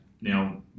Now